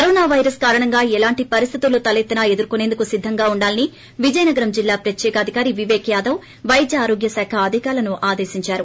corona virus కారణంగా ఎలాంటి పరిస్టితులు తలెత్తినా ఎదుర్కొసేందుకు సిద్దంగా ఉండాలని విజయనగరం జిల్లా ప్రత్యేకాధికారి వివేక్ యాదవ్ వైద్యఆరోగ్య శాఖ అధికారులను ఆదేశించారు